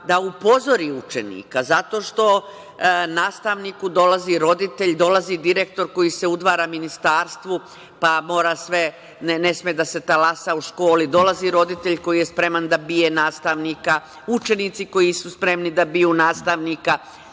da upozori učenika, zato što nastavniku dolazi roditelj, dolazi direktor koji se udvara ministarstvu pa ne sme da se talasa u školi, dolazi roditelj koji je spreman da bije nastavnika, učenici koji su spremni da biju nastavnika.